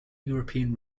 european